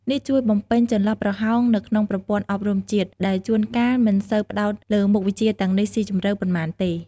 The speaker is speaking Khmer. នេះជួយបំពេញចន្លោះប្រហោងនៅក្នុងប្រព័ន្ធអប់រំជាតិ ដែលជួនកាលមិនសូវផ្តោតលើមុខវិជ្ជាទាំងនេះស៊ីជម្រៅប៉ុន្មានទេ។